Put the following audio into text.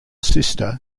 sister